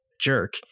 jerk